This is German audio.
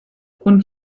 und